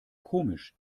komisch